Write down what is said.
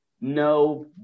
No